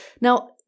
Now